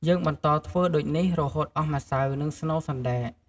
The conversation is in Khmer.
យើងបន្តធ្វើដូចនេះ រហូតអស់ម្សៅ និងស្នូលសណ្ដែក។